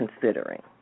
considering